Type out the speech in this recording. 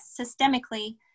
systemically